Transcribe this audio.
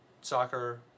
soccer